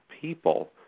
people